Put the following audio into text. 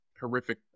horrific